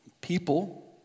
People